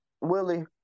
Willie